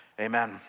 amen